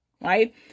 Right